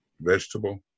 vegetable